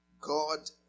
God